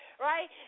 Right